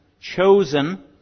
chosen